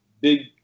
big